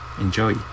Enjoy